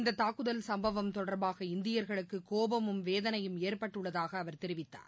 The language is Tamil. இந்த தாக்குதல் சம்பவம் தொடர்பாக இந்தியர்களுக்கு கோபமும் வேதனையும் ஏற்பட்டுள்ளதாக அவர் தெரிவித்தார்